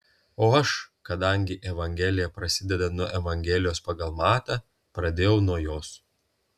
o aš kadangi evangelija prasideda nuo evangelijos pagal matą pradėjau nuo jos